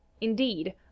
Indeed